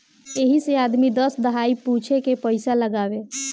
यही से आदमी दस दहाई पूछे के पइसा लगावे